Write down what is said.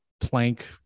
plank